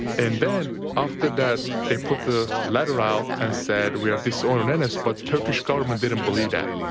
and then after that, they put the letter out and said, we are disowning and and but turkish government didn't believe that.